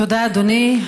תודה, אדוני.